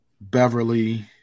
Beverly